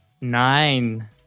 Nine